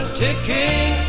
ticking